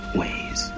ways